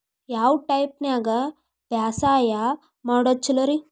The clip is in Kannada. ಯಾವ ಟೈಪ್ ನ್ಯಾಗ ಬ್ಯಾಸಾಯಾ ಮಾಡೊದ್ ಛಲೋರಿ?